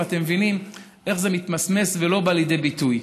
ואתם מבינים איך זה מתמסמס ולא בא לידי ביטוי.